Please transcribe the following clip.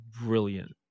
brilliant